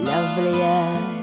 Lovelier